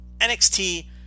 NXT